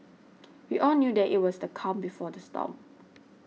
we all knew that it was the calm before the storm